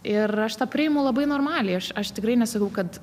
ir aš tą priimu labai normaliai aš aš tikrai nesakau kad